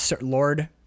Lord